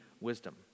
wisdom